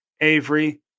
Avery